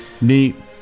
Neat